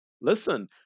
listen